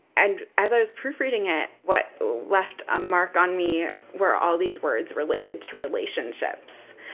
and as i was proofreading it, what left a mark on me were all these words relating to relationships,